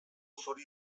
zuri